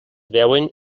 veuen